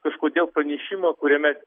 kažkodėl pranešimo kuriame